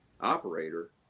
operator